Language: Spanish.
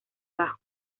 bajo